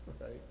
right